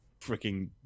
freaking